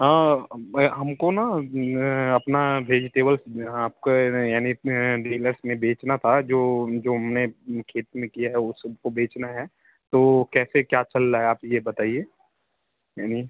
हाँ हम को ना अपना भेजिटेबल्स है ना आपका नहीं यानी इस में डीलर्स में बेचना था जो जो मैं खेत में किया है वो सब को बेचना है तो कैसे क्या चल रहा है आप ये बताइए यानी